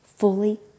fully